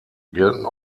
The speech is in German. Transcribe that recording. gelten